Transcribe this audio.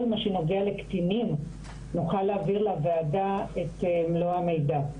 מה שנוגע לקטינים נוכל להעביר לוועדה את מלוא המידע.